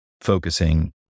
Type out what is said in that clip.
focusing